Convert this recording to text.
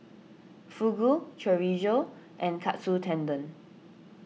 Fugu Chorizo and Katsu Tendon